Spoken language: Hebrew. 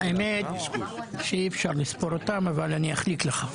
האמת, שאי-אפשר לספור אותם, אבל אני אחליק לך.